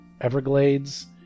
Everglades